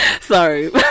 Sorry